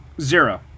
Zero